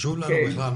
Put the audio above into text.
חשוב לנו בכלל,